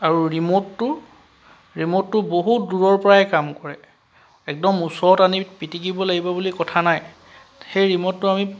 আৰু ৰিমটটো ৰিমটটো বহুত দূৰৰ পৰাই কাম কৰে একদম ওচৰত আনি পিটিকিব লাগিবই বুলি কথা নাই সেই ৰিমটটো আমি